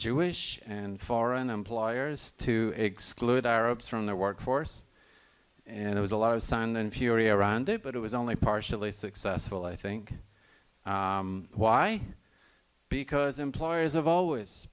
jewish and foreign employers to exclude arabs from the work force and it was a lot of sun and fury around it but it was only partially successful i think why because employers have always